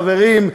חברים,